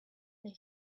they